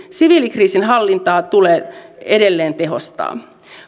siviilikriisinhallintaa tulee edelleen tehostaa